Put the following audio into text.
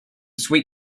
sweet